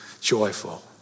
joyful